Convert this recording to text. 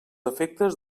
efectes